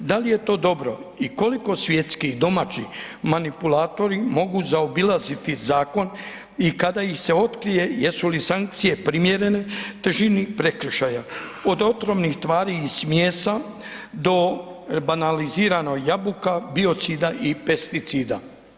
Da li je to dobro i koliko svjetski i domaći manipulatori mogu zaobilaziti zakon i kada ih se otkrije jesu li sankcije primjerene težini prekršaja od otrovnih tvari i smjesa do banalizirano jabuka, biocida i pesticida.